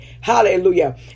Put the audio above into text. Hallelujah